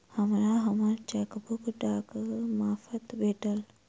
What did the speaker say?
हमरा हम्मर चेकबुक डाकक मार्फत भेटल